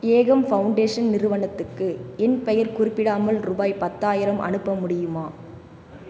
ஏகம் foundation நிறுவனத்துக்கு என் பெயர் குறிப்பிடாமல் ரூபாய் பத்தாயிரம் அனுப்ப முடியுமா